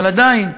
אבל עדיין,